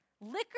Liquor